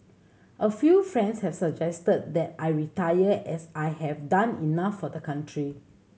a few friends have suggested that I retire as I have done enough for the country